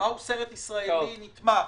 מהו סרט ישראלי נתמך.